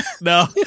No